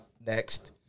next